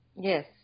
Yes